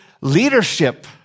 leadership